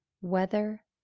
weather